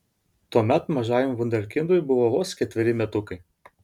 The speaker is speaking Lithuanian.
tuomet mažajam vunderkindui buvo vos ketveri metukai